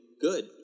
good